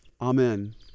Amen